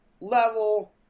level